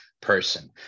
person